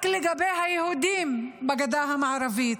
רק לגבי היהודים בגדה המערבית.